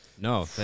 No